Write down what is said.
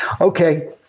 Okay